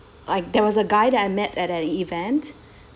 like there was a guy that I met at an event